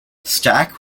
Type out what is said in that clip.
stack